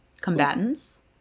combatants